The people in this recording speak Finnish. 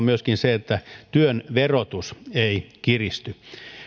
myöskin se että työn verotus ei kiristy